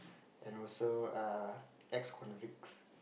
and also err ex convicts